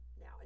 now